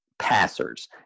passers